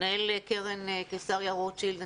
מנהל קרן קיסריה רוטשילד,